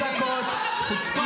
הכנסת